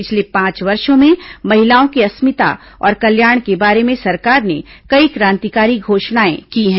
पिछले पांच वर्षो में महिलाओं की अस्मिता और कल्याण के बारे में सरकार ने कई क्रांतिकारी घोषणाएं की हैं